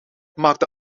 maakte